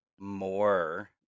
more